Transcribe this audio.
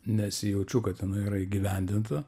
nesijaučiu kad jinai yra įgyvendinta